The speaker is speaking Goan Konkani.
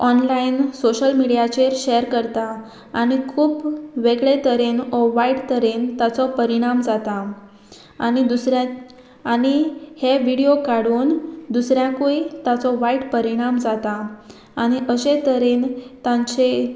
ऑनलायन सोशल मिडियाचेर शॅर करता आनी खूब वेगळे तरेन ओ वायट तरेन ताचो परिणाम जाता आनी दुसऱ्या आनी हे विडियो काडून दुसऱ्याकूय ताचो वायट परिणाम जाता आनी अशे तरेन तांचे